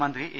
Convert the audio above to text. മന്ത്രി എ